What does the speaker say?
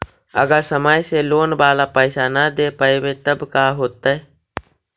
अगर समय से लोन बाला पैसा न दे पईबै तब का होतै?